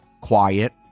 quiet